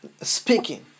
speaking